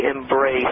embrace